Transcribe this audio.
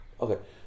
Okay